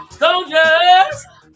soldiers